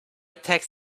tech